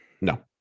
No